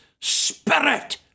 spirit